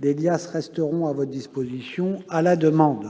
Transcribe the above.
Des liasses resteront à votre disposition, à la demande.